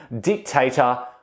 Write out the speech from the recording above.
dictator